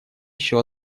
еще